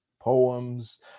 poems